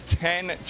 ten